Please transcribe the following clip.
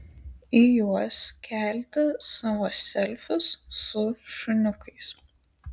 į juos kelti savo selfius su šuniukais